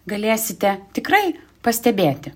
galėsite tikrai pastebėti